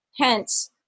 Hence